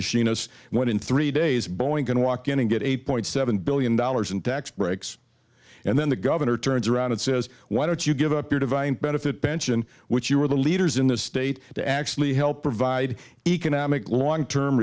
machinist one in three days boeing can walk in and get eight point seven billion dollars in tax breaks and then the governor turns around and says why don't you give up your divine benefit pension which you were the leaders in the state to actually help provide economic long term